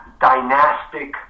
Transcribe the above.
dynastic